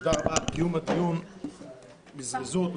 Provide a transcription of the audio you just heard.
תודה רבה על קיום הדיון בזריזות ובדחיפות.